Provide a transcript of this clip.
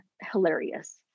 hilarious